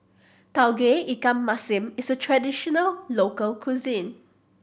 Tauge Ikan Masin is a traditional local cuisine